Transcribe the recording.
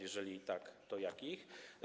Jeżeli tak, to jakich?